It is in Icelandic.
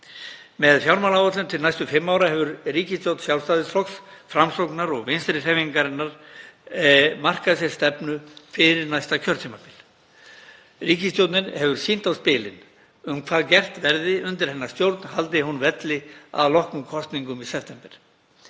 Með fjármálaáætlun til næstu fimm ára hefur ríkisstjórn Sjálfstæðisflokks, Framsóknar og Vinstri hreyfingarinnar – græns framboðs markað sér stefnu fyrir næsta kjörtímabil. Ríkisstjórnin hefur sýnt á spilin um hvað gert verði undir hennar stjórn, haldi hún velli að loknum kosningum í september.